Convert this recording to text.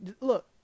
Look